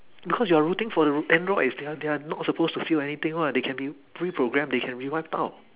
because you are rooting for the androids and they are not supposed to feel anything [one] they can be reprogrammed they can be wiped out